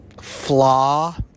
flaw